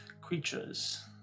creatures